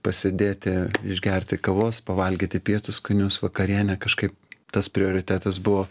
pasėdėti išgerti kavos pavalgyti pietus skanius vakarienę kažkai tas prioritetas buvo